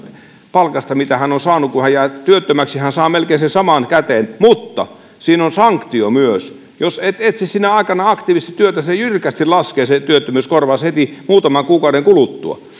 palkasta mitä on saanut kun jää työttömäksi saa melkein sen saman käteen että siinä on on sanktio myös jos et etsi sinä aikana aktiivisesti työtä se työttömyyskorvaus jyrkästi laskee heti muutaman kuukauden kuluttua